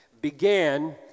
began